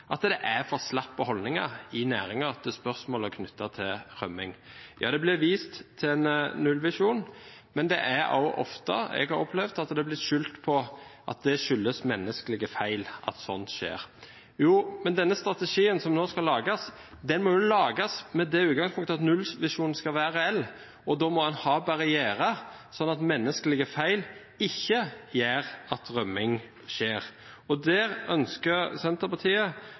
at det er for slappe holdninger i næringen til spørsmålet knyttet til rømming. Det blir vist til en nullvisjon, men jeg har ofte opplevd at en skylder på menneskelige feil for at sånt skjer. Denne strategien som nå skal lages, må lages med det utgangspunktet at nullvisjonen skal være reell, og da må en ha barrierer, slik at menneskelige feil ikke gjør at rømming skjer. Der ønsker Senterpartiet